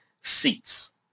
seats